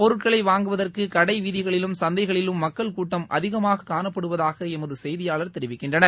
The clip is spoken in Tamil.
பொருட்களை வாங்குவதற்கு கடை வீதிகளிலும் சந்தைகளிலும் மக்கள் கூட்டம் அதிகமாக காணப்படுவதாக எமது செய்தியாளர்கள் தெரிவிக்கின்றனர்